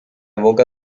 boca